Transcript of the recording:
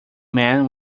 man